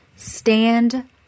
Stand